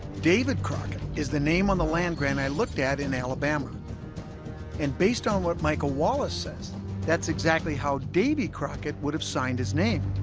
david crockett is the name on the land grant i looked at in alabama and based on what michael wallace says that's exactly how davy crockett would have signed his name